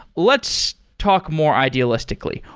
let's talk more idealistically.